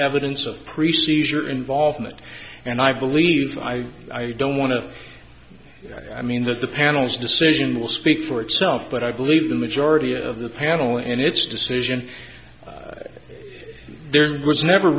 evidence of precision involvement and i believe i i don't want to i mean that the panel's decision will speak for itself but i believe the majority of the panel and its decision there was never